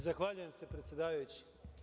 Zahvaljujem se predsedavajući.